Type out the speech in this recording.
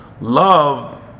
love